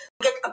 get